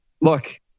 look